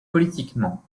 politiquement